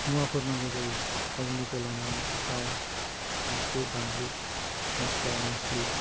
मुवाफोर नांगौ जायो थावनिफ्राय लानानै थाव संख्रि बानलु मस्ला मस्लि